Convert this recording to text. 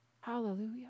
Hallelujah